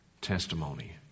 testimony